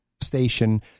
station